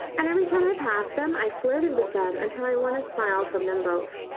and every time i passed them i flirted with them until i won a smile from them both.